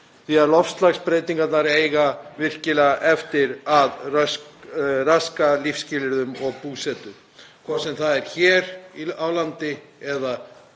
því að loftslagsbreytingarnar eiga virkilega eftir að raska lífsskilyrðum og búsetu, hvort sem það er hér á landi eða